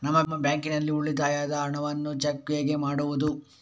ನಮ್ಮ ಬ್ಯಾಂಕ್ ನಲ್ಲಿ ಉಳಿತಾಯದ ಹಣವನ್ನು ಚೆಕ್ ಹೇಗೆ ಮಾಡುವುದು?